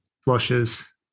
flushes